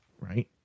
right